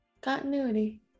continuity